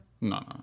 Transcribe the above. No